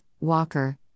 Walker